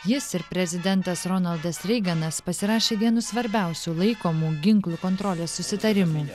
jis ir prezidentas ronaldas reiganas pasirašė vienu svarbiausių laikomų ginklų kontrolės susitarimų